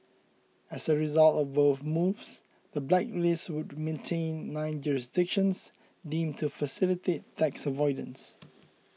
as a result of both moves the blacklist would maintain nine jurisdictions deemed to facilitate tax avoidance